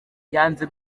yanze